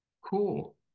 cool